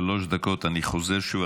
שלוש דקות, אני חוזר שוב.